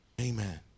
Amen